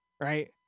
right